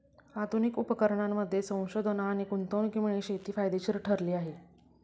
आधुनिक उपकरणांमध्ये संशोधन आणि गुंतवणुकीमुळे शेती फायदेशीर ठरली आहे